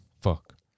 Fuck